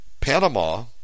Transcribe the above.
Panama